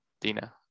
Dina